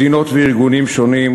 מדינות וארגונים שונים,